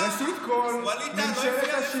ווליד טאהא